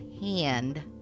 hand